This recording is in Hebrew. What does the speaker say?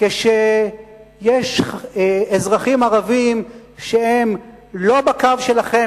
כשיש אזרחים ערבים שהם לא בקו שלכם,